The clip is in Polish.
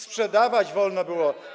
Sprzedawać wolno było.